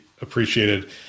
appreciated